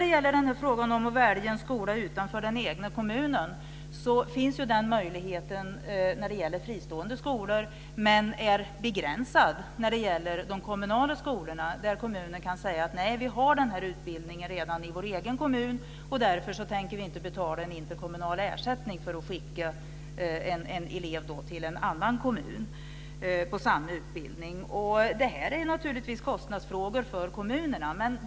Det finns en möjlighet att välja en skola utanför den egna kommunen när det gäller fristående skolor. Den möjligheten är begränsad när det gäller de kommunala skolorna. Där kan kommunen säga: Nej, vi har redan den utbildningen i vår egen kommun. Därför tänker vi inte betala en interkommunal ersättning för att skicka en elev till en annan kommun på samma utbildning. Det är naturligtvis en kostnadsfråga för kommunerna.